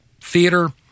theater